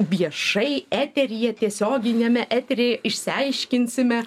viešai eteryje tiesioginiame eteryje išsiaiškinsime